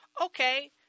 okay